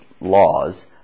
laws